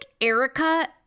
Erica